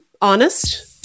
honest